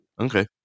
Okay